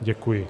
Děkuji.